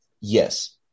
yes